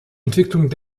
entwicklung